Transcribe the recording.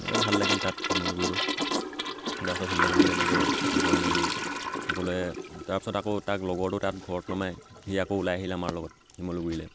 এ ভাল লাগিল তাত শিমলুগুৰিতো তাৰপিছত শিমলুগুৰিত এনেকৈ গৈ মেলি সকলোৱে তাৰপিছত আকৌ তাক লগৰটো তাক ঘৰত নমাই সি আকৌ ওলাই আহিল আমাৰ লগত শিমলুগুৰিলৈ